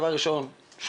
הדבר הראשון שהם עושים,